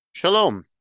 Shalom